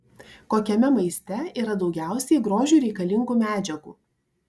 kokiame maiste yra daugiausiai grožiui reikalingų medžiagų